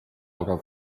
aga